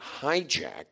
hijack